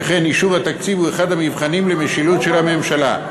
שכן אישור התקציב הוא אחד המבחנים למשילות של הממשלה.